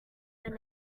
than